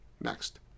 Next